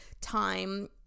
time